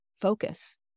focus